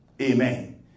Amen